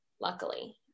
luckily